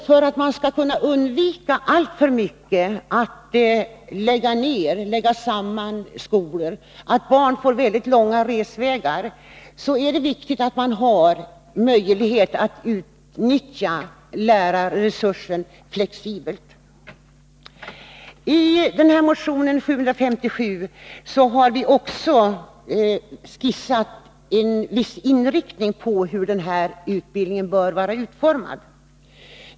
För att vi skall kunna undvika att alltför många skolor läggs ner eller slås samman och barnen därigenom får långa resvägar är det viktigt att det finns möjlighet att utnyttja lärarresursen flexibelt. I motion 757 har vi också skissat hur klasslärarutbildningen bör vara utformad.